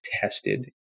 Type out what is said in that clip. tested